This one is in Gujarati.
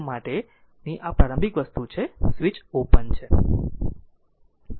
T 0 માટેની આ પ્રારંભિક વસ્તુ છે સ્વીચ ઓપન છે